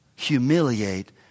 humiliate